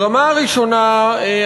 ברמה הראשונה,